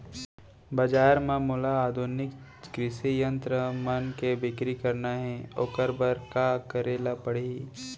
बजार म मोला आधुनिक कृषि यंत्र मन के बिक्री करना हे ओखर बर का करे ल पड़ही?